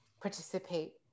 participate